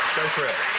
go for it.